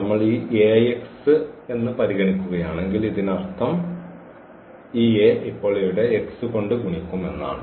നമ്മൾ ഈ പരിഗണിക്കുകയാണെങ്കിൽ ഇതിനർത്ഥം ഈ A ഇപ്പോൾ ഇവിടെ ഈ x കൊണ്ട് ഗുണിക്കും എന്നാണ്